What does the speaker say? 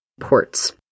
ports